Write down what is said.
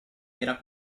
era